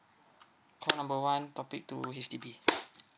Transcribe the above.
call number one topic two H_D_B